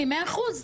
אני מאה אחוז.